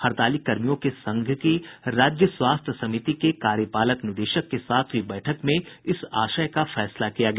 हड़ताली कर्मियों के संघ की राज्य स्वास्थ्य समिति के कार्यपालक निदेशक के साथ हुयी बैठक में इस आशय का फैसला किया गया